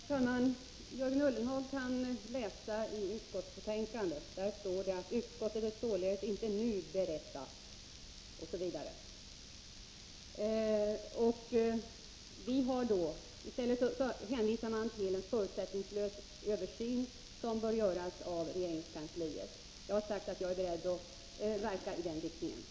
Herr talman! Jörgen Ullenhag kan läsa i utskottsbetänkandet. Där står att med hänsyn till det anförda är utskottet således inte nu berett att — osv. I stället hänvisar man till en förutsättningslös översyn, som bör göras av regeringskansliet. Jag har sagt att jag är beredd att verka i den riktningen.